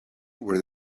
where